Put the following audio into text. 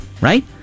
Right